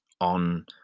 on